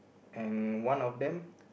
and one of them